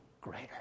greater